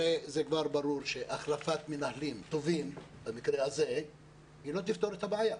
הרי כבר ברור שהחלפת מנהלים טובים במקרה הזה לא תפתור את הבעיה.